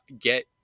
get